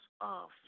off